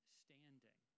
standing